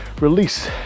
release